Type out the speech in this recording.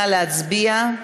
נא להצביע.